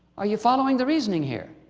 are you following the reasoning here?